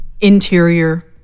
Interior